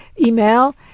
email